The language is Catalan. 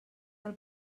del